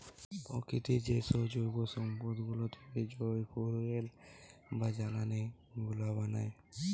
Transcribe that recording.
প্রকৃতির যেসব জৈব সম্পদ গুলা থেকে যই ফুয়েল বা জ্বালানি গুলা বানায়